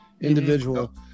individual